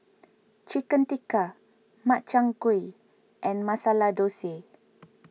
Chicken Tikka Makchang Gui and Masala Dosa